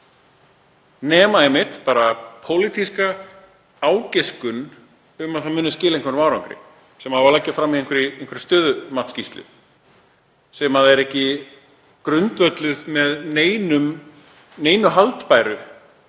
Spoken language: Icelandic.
bara um að ræða pólitíska ágiskun um að það muni skila einhverjum árangri sem á að leggja fram í einhverri stöðumatsskýrslu, sem er ekki grundvölluð með neinu haldbæru.